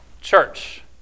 Church